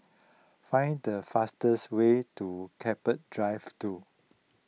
find the fastest way to Keppel Drive two